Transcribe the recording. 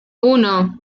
uno